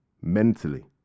mentally